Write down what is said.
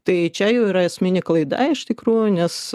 tai čia jau yra esminė klaida iš tikrųjų nes